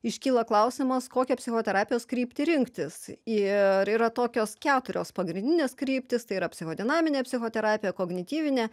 iškyla klausimas kokią psichoterapijos kryptį rinktis ir yra tokios keturios pagrindinės kryptys tai yra psichodinaminė psichoterapija kognityvinė